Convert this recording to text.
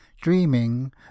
dreaming